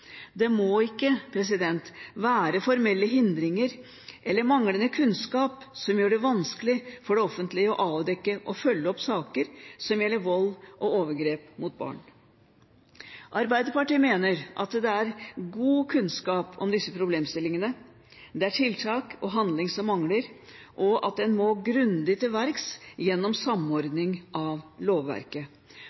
Det må ikke være formelle hindringer eller manglende kunnskap som gjør det vanskelig for det offentlige å avdekke og følge opp saker som gjelder vold og overgrep mot barn. Arbeiderpartiet mener at det er god kunnskap om disse problemstillingene. Det er tiltak og handling som mangler, og at en må gå grundig til verks gjennom samordning av lovverket.